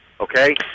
Okay